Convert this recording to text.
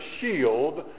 shield